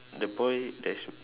the boy that's